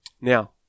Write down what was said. Now